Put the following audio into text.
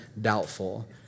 doubtful